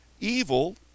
Evil